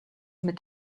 mit